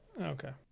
Okay